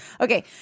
Okay